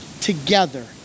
Together